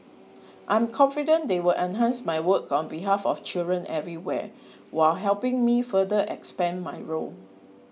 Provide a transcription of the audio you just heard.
I am confident they will enhance my work on behalf of children everywhere while helping me further expand my role